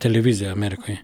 televiziją amerikoj